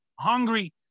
hungry